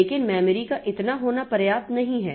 लेकिन मेमोरी का इतना होना पर्याप्त नहीं है